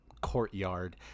courtyard